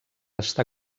està